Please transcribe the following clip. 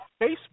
Facebook